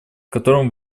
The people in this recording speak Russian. которым